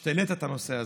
על שהעלית את הנושא הזה.